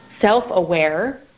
self-aware